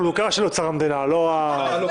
החלוקה של אוצר המדינה לא --- החלוקה.